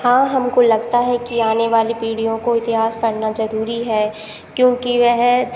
हाँ हमको लगता है कि आने वाली पीढ़ियों को इतिहास पढ़ना ज़रूरी है क्यूँकि वह